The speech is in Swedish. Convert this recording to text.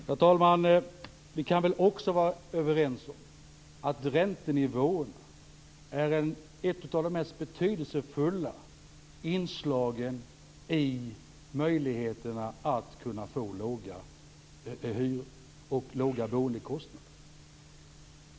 Herr talman! Vi kan väl också vara överens om att räntenivån är ett av de mest betydelsefulla inslagen i möjligheterna att få låga hyror och låga boendekostnader.